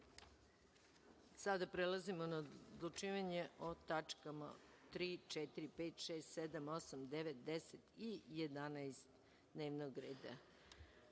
prelazimo na odlučivanje o tačkama 3, 4, 5, 6, 7, 8, 9, 10. i 11. dnevnog